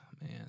man